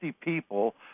people